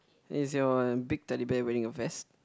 is your big Teddy Bear wearing a vest